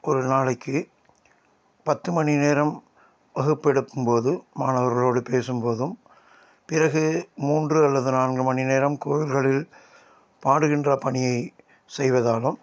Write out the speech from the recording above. ஒரு நாளைக்கு பத்து மணி நேரம் வகுப்பு எடுக்கும்போது மாணவர்களோடு பேசும்போதும் பிறகு மூன்று அல்லது நான்கு மணி நேரம் கோவில்களில் பாடுகின்ற பணியை செய்வதாலும்